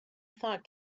thought